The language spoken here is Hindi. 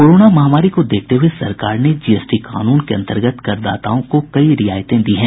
कोराना महामारी को देखते हुए सरकार ने जीएसटी कानून के अंतर्गत करदाताओं को कई रियायतें दी हैं